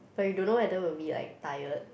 but you don't know whether will we like tired